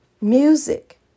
music